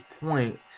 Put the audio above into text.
point